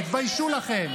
תתביישו לכם.